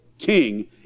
king